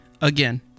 Again